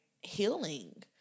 healing